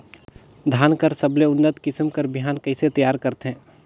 धान कर सबले उन्नत किसम कर बिहान कइसे तियार करथे?